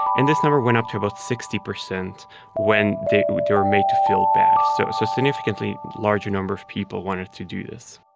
and this number went up to about sixty percent when they were made to feel bad so so significantly larger number of people wanted to do this